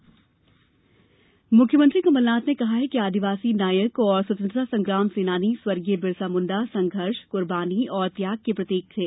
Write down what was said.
मुख्यमंत्री बिरसा मुख्यमंत्री श्री कमल नाथ ने कहा है कि आदिवासी नायक और स्वतंत्रता संग्राम सेनानी स्वर्गीय बिरसा मुंडा संघर्ष कुर्बानी और त्याग के प्रतीक थे